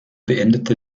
beendete